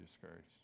discouraged